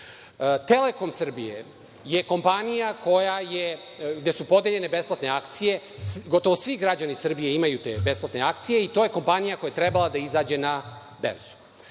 „Telekom Srbije“ je kompanija gde su podeljene besplatne akcije. Gotovo svi građani Srbije imaju te besplatne akcije i to je kompanija koja je trebala da izađe na